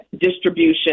distribution